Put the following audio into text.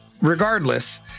Regardless